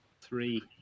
three